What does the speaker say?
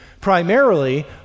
primarily